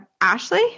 ashley